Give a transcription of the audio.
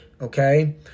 Okay